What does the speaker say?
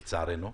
לצערנו.